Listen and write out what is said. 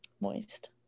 Moist